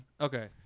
Okay